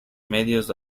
medios